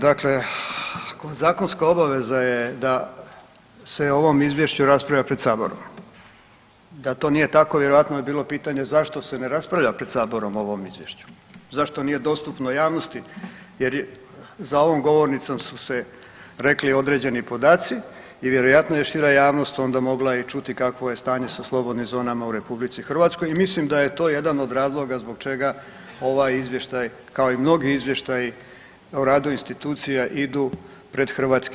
Dakle, zakonska obaveza je da se o ovom izvješću raspravlja pred saborom, da to nije tako vjerojatno bi bilo pitanje zašto se ne raspravlja pred saborom o ovom izvješću, zašto nije dostupno javnosti jer za ovom govornicom su se rekli određeni podaci i vjerojatno je šira javnost onda mogla i čuti kakvo je stanje sa slobodnim zonama u RH i mislim da je to jedan od razloga zbog čega ovaj izvještaj kao i mnogi izvještaji o radu institucija idu pred HS.